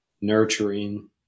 nurturing